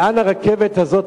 לאן הרכבת הזאת,